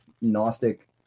Gnostic